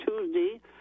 Tuesday